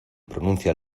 pronuncia